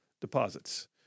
deposits